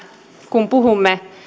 kun puhumme